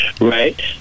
Right